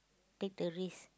take the risk